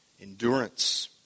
endurance